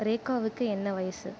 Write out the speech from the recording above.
ரேகாவுக்கு என்ன வயது